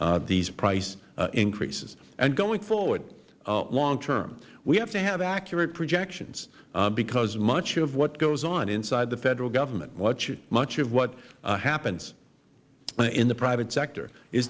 upon these price increases and going forward long term we have to have accurate projections because much of what goes on inside the federal government much of what happens in the private sector is